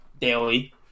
daily